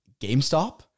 GameStop